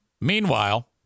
Meanwhile